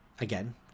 again